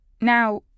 Now